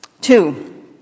Two